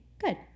good